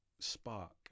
spark